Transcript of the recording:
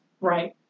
right